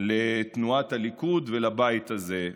לתנועת הליכוד ולבית הזה.